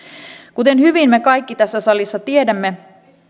kuten me kaikki tässä salissa hyvin tiedämme